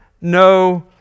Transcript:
no